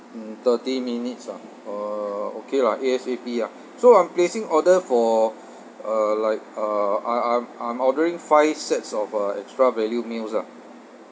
mm thirty minutes ah uh okay lah A_S_A_P ah so I'm placing order for uh like uh I I'm I'm ordering five sets of uh extra value meals lah